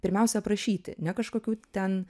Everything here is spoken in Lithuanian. pirmiausia aprašyti ne kažkokių ten